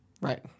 Right